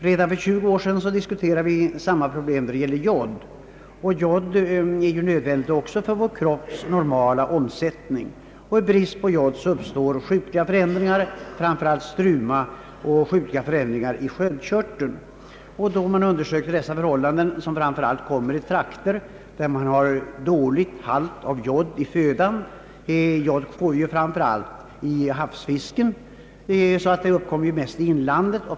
Redan för tjugu år sedan diskuterade vi samma problem i fråga om jod. Jod är också nödvän digt för vår kropps normala omsättning. Vid brist på jod uppstår sjukliga förändringar, framför allt struma, och andra sjukliga förändringar i sköldkörteln. Man har funnit att dessa sjukdomar framför allt uppträder i trakter där jodhalten i födan är dålig. Jod finns framför allt i havsfisk, och dessa sjukdomar förekommer därför mest i inlandet.